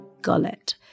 gullet